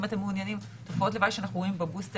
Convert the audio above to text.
אם אתם מעוניינים תופעות לוואי שאנחנו רואים בבוסטר,